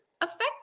affect